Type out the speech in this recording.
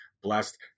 blessed